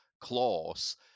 clause